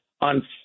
on